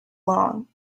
long